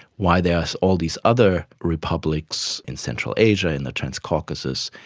why there are all these other republics in central asia, in the trans-caucasus,